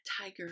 tiger